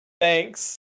thanks